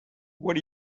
what